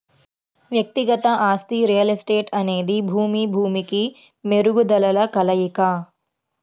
వ్యక్తిగత ఆస్తి రియల్ ఎస్టేట్అనేది భూమి, భూమికి మెరుగుదలల కలయిక